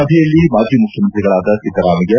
ಸಭೆಯಲ್ಲಿ ಮಾಜಿ ಮುಖ್ಯಮಂತ್ರಿಗಳಾದ ಬಿದ್ದರಾಮಯ್ಲ